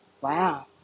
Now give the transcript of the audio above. wow